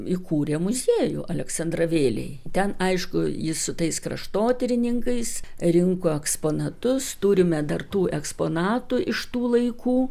įkūrė muziejų aleksandravėlėj ten aišku jis su tais kraštotyrininkais rinko eksponatus turime dar tų eksponatų iš tų laikų